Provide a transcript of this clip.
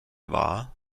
wahr